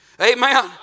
Amen